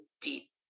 deep